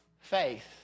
faith